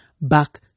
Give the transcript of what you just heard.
back